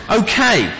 okay